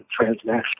transnational